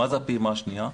מה זה הפעימה השנייה?